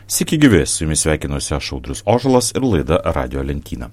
sveiki gyvi su jumis sveikinuosi aš audrius ožolas ir laida radijo lentyna